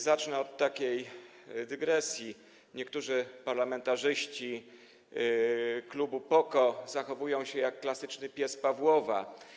Zacznę od takiej dygresji: niektórzy parlamentarzyści klubu PO-KO zachowują się jak klasyczny pies Pawłowa.